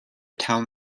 town